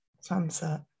Sunset